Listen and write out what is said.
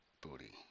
booty